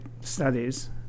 studies